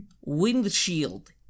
windshield